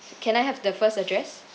can I have the first address